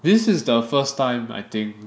this is the first time I think